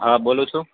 હા બોલું છું